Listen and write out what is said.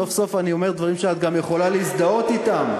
סוף-סוף אני אומר דברים שאת גם יכולה להזדהות אתם.